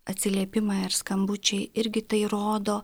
atsiliepimai ar skambučiai irgi tai rodo